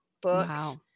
books